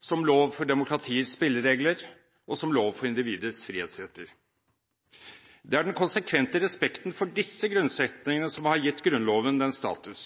som lov for demokratiets spilleregler, og som lov for individets frihetsretter. Det er den konsekvente respekten for disse grunnsetningene som har gitt Grunnloven dens status.